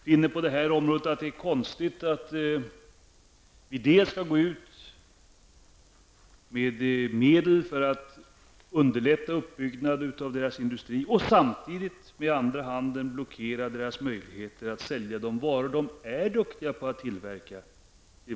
Vi anser på det här området att det är konstigt att vi skall gå ut med medel för att underlätta uppbyggnader av dessa länders industri och samtidigt med andra handen blockera deras möjligheter att till vårt land sälja de varor som de är duktiga på att tillverka.